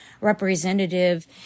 Representative